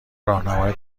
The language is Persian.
راهنمای